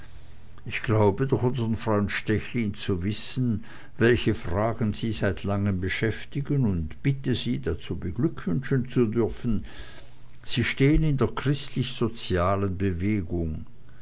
ich glaube durch freund stechlin zu wissen welche fragen sie seit lange beschäftigen und bitte sie dazu beglückwünschen zu dürfen sie stehen in der christlich-sozialen bewegung